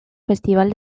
festival